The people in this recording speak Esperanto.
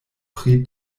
pri